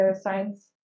science